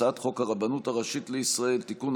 הצעת חוק הרבנות הראשית לישראל (תיקון,